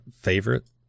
favorite